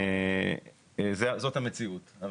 זאת המציאות.